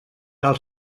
tal